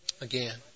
again